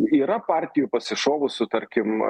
yra partijų pasišovusių tarkim